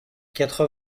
quatre